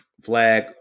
flag